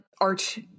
arch